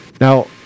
Now